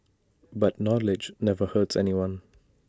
but knowledge never hurts anyone